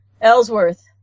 Ellsworth